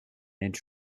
inch